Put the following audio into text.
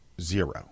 zero